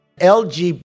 LGBT